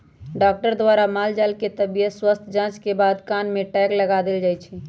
doctor द्वारा माल जाल के तबियत स्वस्थ जांच के बाद कान में टैग लगा देल जाय छै